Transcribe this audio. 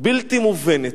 בלתי מובנת,